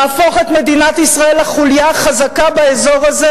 להפוך את מדינת ישראל לחוליה החזקה באזור הזה,